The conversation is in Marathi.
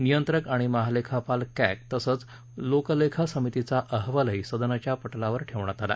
नियंत्रक आणि महालेखापाल क्ष्पी तसंच लोकलेखा समितीचा अहवालही सदनाच्या पटलावर ठेवण्यात आला